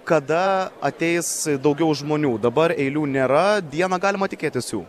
kada ateis daugiau žmonių dabar eilių nėra dieną galima tikėtis jų